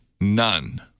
none